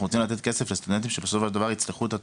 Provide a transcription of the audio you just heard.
אנחנו רוצים לתת את הכסף לסטודנטים שבסופו של דבר יצלחו את התואר,